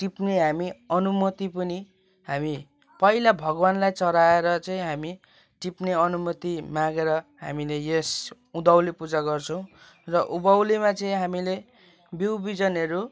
टिप्ने हामी अनुमति पनि हामी पहिला भगवान्लाई चडाएर चाहिँ हामी टिप्ने अनुमति मागेर हामीले यस उँधौली पूजा गर्छौँ र उँभौलीमा चाहिँ हामीले बिउ बिजनहरू